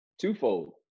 twofold